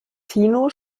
tino